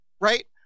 right